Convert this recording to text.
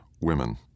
women